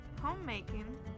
homemaking